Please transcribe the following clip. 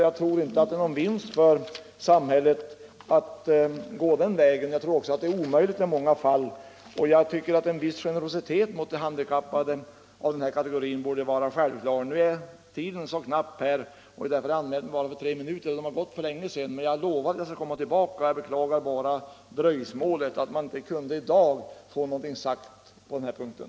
Jag tror inte att det är någon vinst för samhället att gå den vägen, och i många fall är det säkerligen också omöjligt. Jag tycker att en viss generositet mot handikappade av denna kategori borde vara självklar. Vår tid är knapp, och jag har därför bara anmält mig för tre minuter. Dessa har gått för länge sedan, men jag lovar att komma tillbaka i frågan. Jag beklagar emellertid dröjsmålet och att vi inte i dag kunde få någonting sagt på den här punkten.